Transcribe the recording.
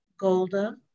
Golda